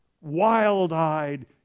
wild-eyed